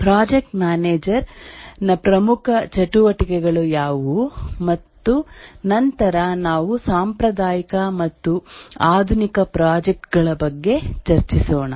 project manager ನ ಪ್ರಮುಖ ಚಟುವಟಿಕೆಗಳು ಯಾವುವು ಮತ್ತು ನಂತರ ನಾವು ಸಾಂಪ್ರದಾಯಿಕ ಮತ್ತು ಆಧುನಿಕ ಪ್ರಾಜೆಕ್ಟ್ ಗಳ ಬಗ್ಗೆ ಚರ್ಚಿಸೊಣ